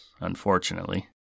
unfortunately